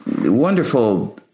wonderful